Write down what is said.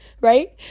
right